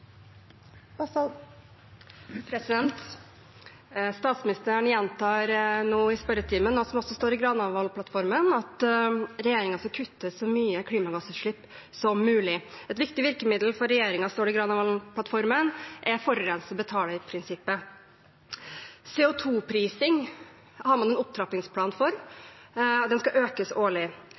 Statsministeren gjentar i spørretimen noe som også står i Granavolden-plattformen: at regjeringen skal kutte så mye klimagassutslipp som mulig. Et viktig virkemiddel for regjeringen, står det i Granavolden-plattformen, er forurenser-betaler-prinsippet. CO 2 -prising har man en opptrappingsplan for. Den skal økes årlig.